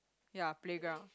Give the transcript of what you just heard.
ya playground